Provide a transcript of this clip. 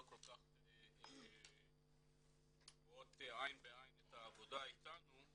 כל כך רואות עין בעין את העבודה איתנו,